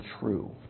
true